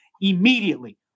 immediately